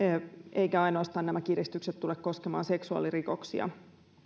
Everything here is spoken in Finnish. eivätkä nämä kiristykset tule koskemaan ainoastaan seksuaalirikoksia